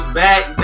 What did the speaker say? back